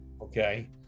okay